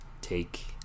take